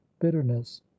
bitterness